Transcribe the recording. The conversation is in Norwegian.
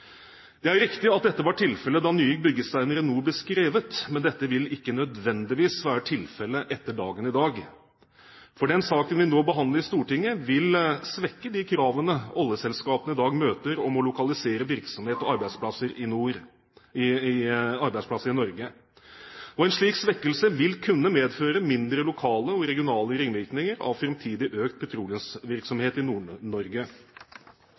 Det er riktig at dette var tilfellet da Nye byggesteiner i nord ble skrevet, men dette vil ikke nødvendigvis være tilfellet etter dagen i dag. For den saken vi nå behandler i Stortinget, vil svekke de kravene oljeselskapene i dag møter om å lokalisere virksomhet og arbeidsplasser i Norge. En slik svekkelse vil kunne medføre mindre lokale og regionale ringvirkninger av en framtidig økt